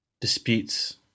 disputes